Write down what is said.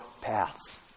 paths